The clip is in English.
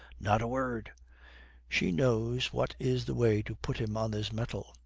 not a word she knows what is the way to put him on his mettle.